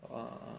(uh huh)